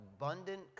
abundant